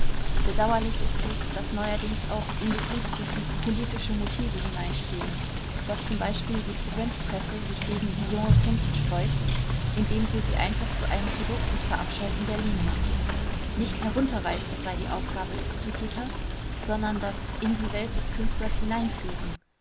bedauerlich ist es daß neuerdings auch die kunstkritik politische motive hineinspielen daß zum beispiel die provinzpresse sich gegen die junge kunst sträubt indem sie sie einfach zu einem produkt des verabscheuten berlin macht nicht herunterreißen sei die aufgabe des kritikers sondern das indie-welt-des-künstlers-hineinführen die